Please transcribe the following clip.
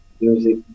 Music